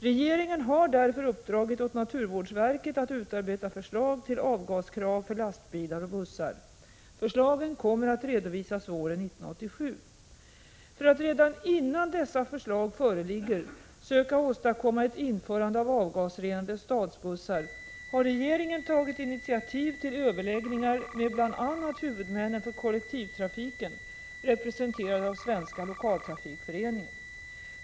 Regeringen har därför uppdragit åt naturvårdsverket att utarbeta förslag till avgaskrav för lastbilar och bussar. Förslagen kommer att redovisas våren 1987. För att redan innan dessa förslag föreligger söka åstadkomma ett införande av avgasrenade stadsbussar har regeringen tagit initiativ till överläggningar med bl.a. huvudmännen för kollektivtrafiken representerade av Svenska lokaltrafikföreningen.